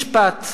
משפט.